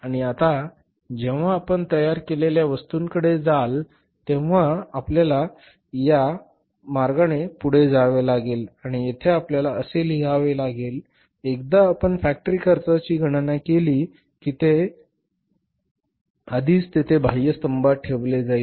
आणि आता जेव्हा आपण तयार केलेल्या वस्तूंकडे जाल तेव्हा पुन्हा आपल्याला या मार्गाने पुढे जावे लागेल आणि येथे आपल्याला असे लिहावे लागेल एकदा आपण फॅक्टरी खर्चाची गणना केली की ते आधीच तेथे बाह्य स्तंभात ठेवले जाईल